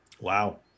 wow